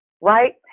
right